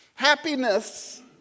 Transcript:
Happiness